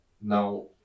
Now